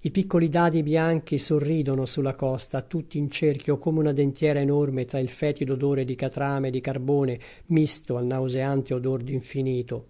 i piccoli dadi bianchi sorridono sulla costa tutti in cerchio come una dentiera enorme tra il fetido odore di catrame e di carbone misto al nauseante odor d'infinito